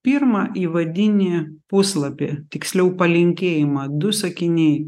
pirmą įvadinį puslapį tiksliau palinkėjimą du sakiniai